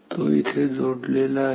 तो येथे जोडलेला आहे